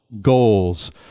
goals